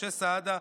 משה סעדה,